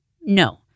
No